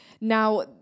Now